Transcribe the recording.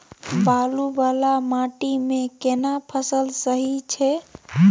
बालू वाला माटी मे केना फसल सही छै?